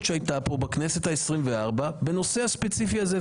שהייתה כאן בכנסת ה-24 בנושא הספציפי הזה,